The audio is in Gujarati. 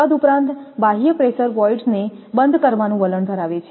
તદુપરાંત બાહ્યપ્રેશર વોઈડ્સને બંધ કરવાનું વલણ ધરાવે છે